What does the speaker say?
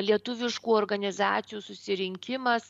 lietuviškų organizacijų susirinkimas